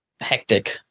hectic